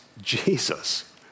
Jesus